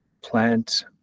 plant